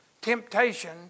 Temptation